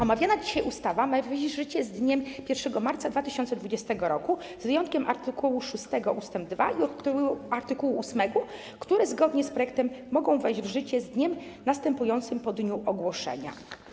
Omawiana dzisiaj ustawa ma wejść w życie z dniem 1 marca 2020 r., z wyjątkiem art. 6 ust. 2 i art. 8, które zgodnie z projektem mogą wejść w życie z dniem następującym po dniu ogłoszenia.